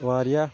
واریاہ